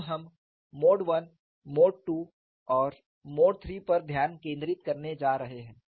अब हम mode I mode II और मोड III पर ध्यान केंद्रित करने जा रहे हैं